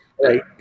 Right